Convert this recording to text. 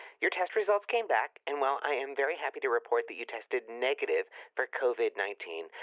your test results came back and well i am very happy to report that you tested negative for covid nineteen.